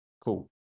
cool